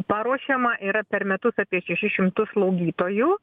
paruošiama yra per metus apie šešis šimtus slaugytojų